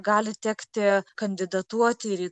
gali tekti kandidatuoti ir į